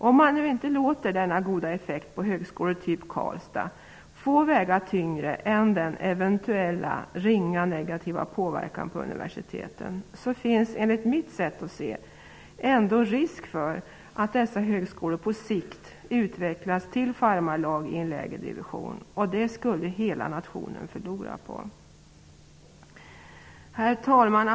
Om man nu inte låter denna effekt på högskolor liknande den i Karlstad få väga tyngre än den eventuella, ringa negativa påverkan på universiteten, finns, enligt mitt sätt att se, ändå risk för att dessa högskolor på sikt utvecklas till farmarlag i en lägre division. Det skulle hela nationen förlora på. Herr talman!